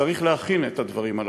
צריך להכין את הדברים הללו,